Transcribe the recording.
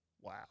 Wow